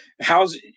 How's